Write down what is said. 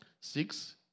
Six